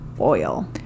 Oil